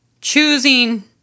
Choosing